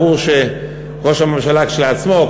ברור שראש הממשלה כשלעצמו,